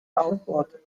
aufbohrte